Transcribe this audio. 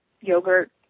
yogurt